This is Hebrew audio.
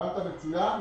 הבנת מצוין.